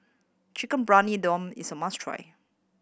Chicken Briyani Dum is a must try